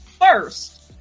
first